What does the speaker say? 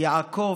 "יעקב,